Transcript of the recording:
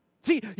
See